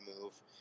move